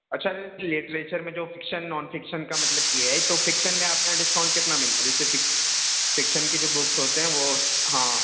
اچھا لٹریچر میں جو فکشن نان فکشن کا مطلب یہ ہے تو فکشن میں آپ کے یہاں ڈسکاؤنٹ کتنا ملتا ہے جیسے فکشن کی جو بکس ہوتے ہیں وہ ہاں